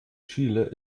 chile